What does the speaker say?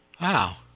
Wow